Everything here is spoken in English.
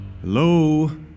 Hello